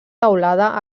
teulada